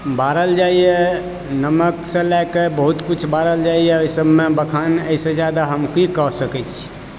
बारल जाइया नमक सऽ लयकऽ बहुत किछु बारल जाइया एहि सब मे बखान एहि सऽ जादा हम कि कय सकै छी